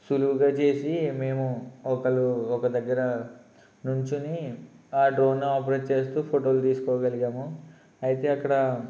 సులువుగా చేసి మేము ఒకరు ఒక దగ్గర నించోని ఆ డ్రోను ఆపరేట్ చేస్తు ఫోటోలు తీసుకోగలిగాము అయితే అక్కడ